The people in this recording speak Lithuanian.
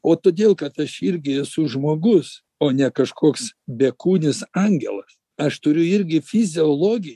o todėl kad aš irgi esu žmogus o ne kažkoks bekūnis angelas aš turiu irgi fiziologiją